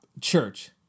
Church